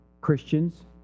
Christians